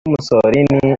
mussolini